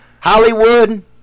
Hollywood